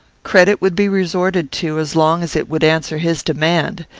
credit would be resorted to as long as it would answer his demand.